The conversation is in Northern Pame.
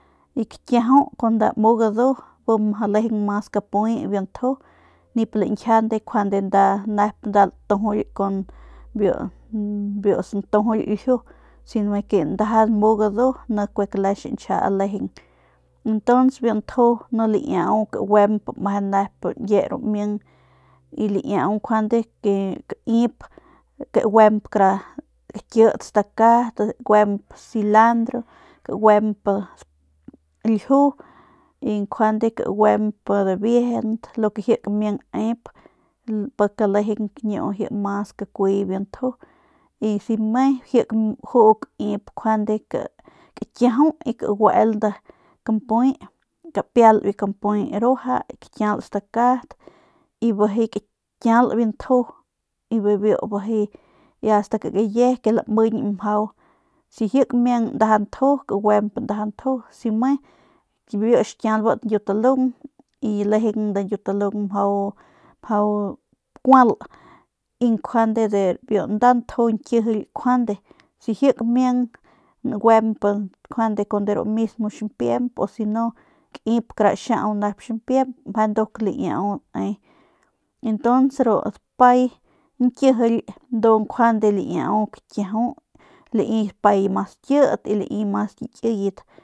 Y kakijau kun nda mu gadu bi lejeng mas kapuy biu nju nip lañjiande njuande nda nep nda latujuly kun kun biu santujuly ljiu si me ke ndaja mu gadu kue kle xiñchja lejeng ntuns biu nju ni laiau kaguemp meje nep nkie ru ming y laiau njuande kaip kaguemp kara kakit stakat kaguemp silandro kaguemp ljiu y njuande kaguemp dibiejent lu ke ji kamiang nep pik lejeng ji mas kakuy biu nju y si me ji kaju kaip njuande kakiajau y kaguel biu kampuy kapial biu kampuy ruaja kakial stakat y bijiy kakial biu nju y bijiy biu ast ke kabie ke lamiñg mjau si ji kamiag ndaja nju kaguemp ndaja nju si me bibiu xkiabat ñkiutalung y lejeng nda ñkiutalung mjau kual y njuande de biu nda nju ñkijily njuande si ji kamiang nguemp kun de ru mismo ximpiemp pus si no kaip kara xiaung ximpiemp meje nduk laiau ne y ntuns ru dapay nkijily ndu njuande laiau kakiaju lai dapay mas kit lai mas kikiyet.